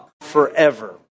forever